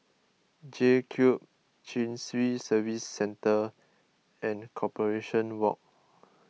J Cube Chin Swee Service Centre and Corporation Walk